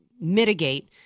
mitigate